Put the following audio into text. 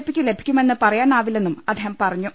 P യ്ക്ക് ലഭിക്കു മെന്ന് പറയാനാവില്ലെന്നും അദ്ദേഹം പറഞ്ഞു